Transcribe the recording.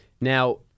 Now